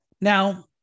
Now